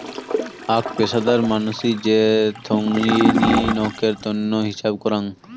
আক পেশাদার মানসি যে থোঙনি নকের তন্ন হিছাব করাং